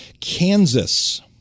Kansas